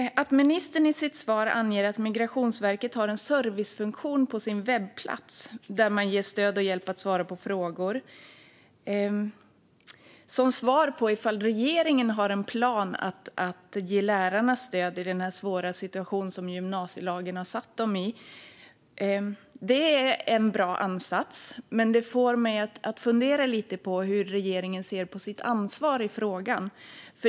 Att ministern i sitt svar anger att Migrationsverket har en servicefunktion på sin webbplats, där man ger stöd och hjälp och svarar på frågor, som svar på ifall regeringen har en plan för att ge lärarna stöd i den svåra situation som gymnasielagen har försatt dem i är en bra ansats, men det får mig att fundera lite på hur regeringen ser på sitt ansvar i frågan.